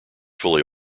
fully